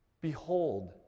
Behold